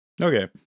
Okay